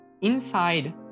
inside